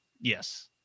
Yes